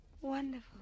Wonderful